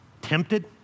tempted